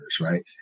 right